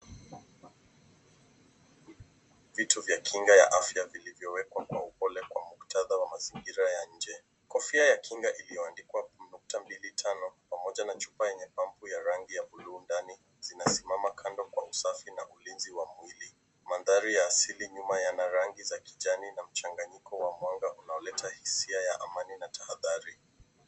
Vitu vya kinga ya afya vilivyowekwa kwa upole kwa muktadha wa mazingira ya nje. Kofia ya kinga iliyoandikwa 2.5 pamoja na chupa yenye pampu ya rangi ya blue ndani zinasimama kando kwa usafi na ulinzi wa mwili. Mandhari ya asili nyuma yana rangi za kijani na mchanganyiko wa mwanga unaleta hisia ya amani na tahadhari.